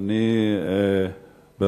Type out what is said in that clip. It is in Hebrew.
אדוני היושב-ראש,